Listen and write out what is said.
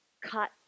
cut